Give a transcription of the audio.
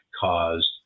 caused